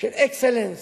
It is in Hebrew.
של "אקסלנס",